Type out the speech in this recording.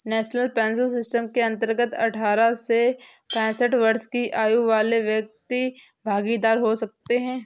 national pension system के अंतर्गत अठारह से पैंसठ वर्ष की आयु वाले व्यक्ति भागीदार हो सकते हैं